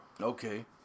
Okay